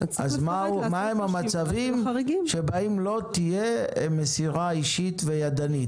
מה הם המצבים בהם לא תהיה מסירה אישית וידנית.